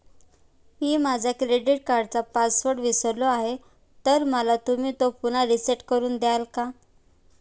मी माझा क्रेडिट कार्डचा पासवर्ड विसरलो आहे तर तुम्ही तो पुन्हा रीसेट करून द्याल का?